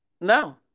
No